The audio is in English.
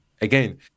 Again